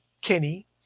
Kenny